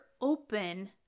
open